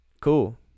cool